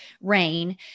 rain